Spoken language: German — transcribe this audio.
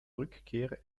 rückkehr